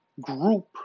group